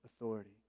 authority